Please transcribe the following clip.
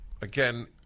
again